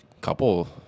couple